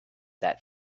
that